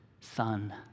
son